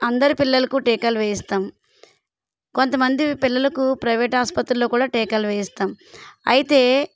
అందరు పిల్లలకు టీకాలు వేయిస్తాం కొంతమంది పిల్లలకు ప్రైవేట్ ఆస్పత్రిలో కూడా టీకాలు వేయిస్తాం అయితే